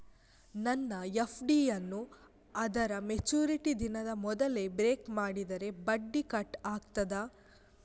ನನ್ನ ಎಫ್.ಡಿ ಯನ್ನೂ ಅದರ ಮೆಚುರಿಟಿ ದಿನದ ಮೊದಲೇ ಬ್ರೇಕ್ ಮಾಡಿದರೆ ಬಡ್ಡಿ ಕಟ್ ಆಗ್ತದಾ?